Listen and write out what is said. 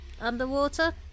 Underwater